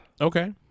Okay